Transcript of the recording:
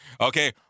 Okay